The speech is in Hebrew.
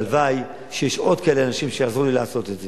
והלוואי שיש עוד כאלה אנשים שיעזרו לי לעשות את זה.